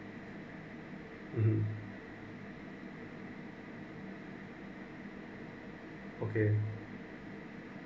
(uh huh) okay